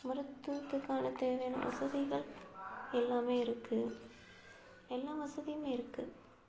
மருத்துவத்துக்கான தேவையான வசதிகள் எல்லாம் இருக்குது எல்லாம் வசதியும் இருக்குது